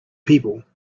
people